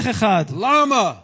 Lama